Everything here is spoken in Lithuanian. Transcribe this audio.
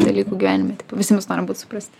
dalykų gyvenime tipo visi mes norim būt suprasti